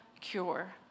cure